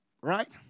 Right